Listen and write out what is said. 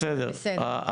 בסדר.